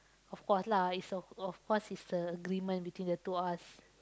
of course lah it's a of of course it's a agreement between the two of us